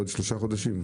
בעוד שלושה חודשים,